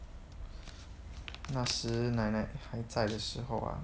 那时奶奶还在的时候啊